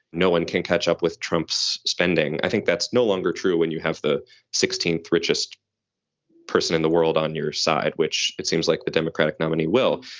no one can catch up with trump's spending. i think that's no longer true when you have the sixteenth richest person in the world on your side, which it seems like the democratic nominee will.